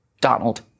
Donald